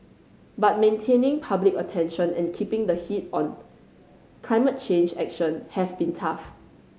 but maintaining public attention and keeping the heat on climate change action have been tough